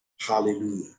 Hallelujah